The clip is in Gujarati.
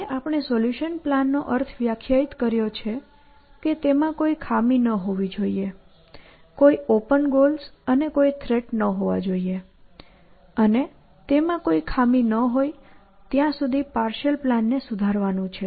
અને આપણે સોલ્યુશન પ્લાન નો અર્થ વ્યાખ્યાયિત કર્યો છે કે તેમાં કોઈ ખામી ન હોવી જોઈએ કોઈ ઓપન ગોલ્સ અને કોઈ થ્રેટ ન હોવા જોઈએ અને તેમાં કોઈ ખામી ન હોય ત્યાં સુધી પાર્શિઅલ પ્લાનને સુધારવાનું છે